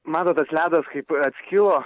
matot tas ledas kaip atskilo